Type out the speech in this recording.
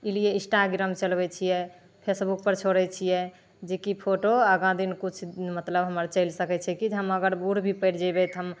ई लिए इन्स्टाग्राम चलबै छिए फेसबुकपर छोड़ै छिए जेकि फोटो आगाँ दिन किछु भी मतलब हमर चलि सकै छै कि हम अगर बूढ़ भी पड़ि जेबै तऽ हम